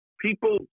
people